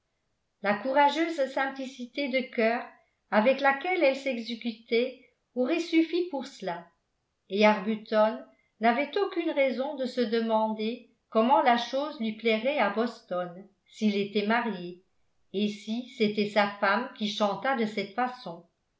la courageuse simplicité de cœur avec laquelle elle s'exécutait aurait suffi pour cela et arbuton n'avait aucune raison de se demander comment la chose lui plairait à boston s'il était marié et si c'était sa femme qui chantât de cette façon